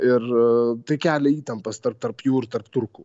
ir tai kelia įtampas tarp tarp jų ir tarp turkų